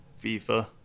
fifa